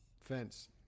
fence